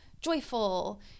joyful